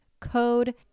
code